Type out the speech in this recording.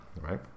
right